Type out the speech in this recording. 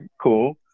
Cool